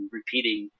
repeating